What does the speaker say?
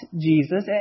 Jesus